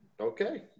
Okay